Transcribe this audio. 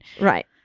Right